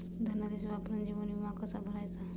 धनादेश वापरून जीवन विमा कसा भरायचा?